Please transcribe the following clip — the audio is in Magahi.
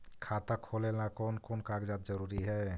खाता खोलें ला कोन कोन कागजात जरूरी है?